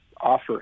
offer